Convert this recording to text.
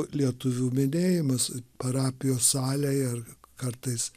lietuvių minėjimas parapijos salėj ar kartais